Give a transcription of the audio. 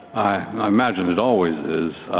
i imagine it always is.